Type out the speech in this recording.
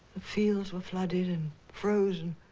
fields were flooded and frozen.